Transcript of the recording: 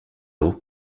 haut